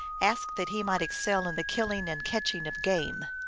asked that he might excel in the killing and catching of game.